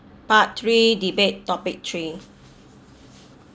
part three debate topic three